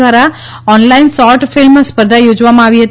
દ્વારા online short film સ્પર્ધા યોજવામાં આવી હતી